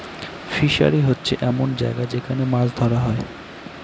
fishery হচ্ছে এমন জায়গা যেখান মাছ ধরা হয়